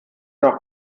noch